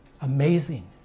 amazing